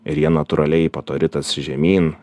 ir jie natūraliai po to ritasi žemyn